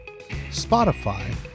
Spotify